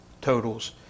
totals